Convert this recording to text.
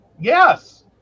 Yes